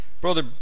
Brother